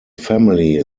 family